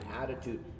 attitude